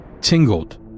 tingled